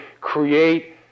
create